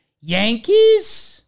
Yankees